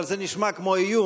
אבל זה נשמע כמו איום,